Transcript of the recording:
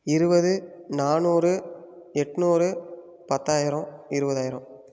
இருபது நானூறு எண்நூறு பத்தாயிரம் இருபதாயிரம்